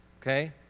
okay